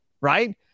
right